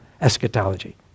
Eschatology